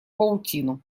паутину